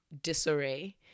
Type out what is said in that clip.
disarray